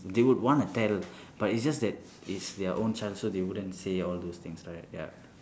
they would want to tell but it's just that it's their own child so they wouldn't say all those things right ya